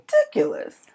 ridiculous